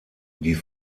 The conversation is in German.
die